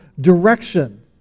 direction